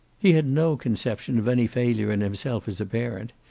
he had no conception of any failure in himself as a parent.